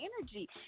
energy